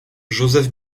joseph